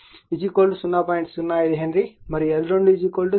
05 henry మరియు L2 0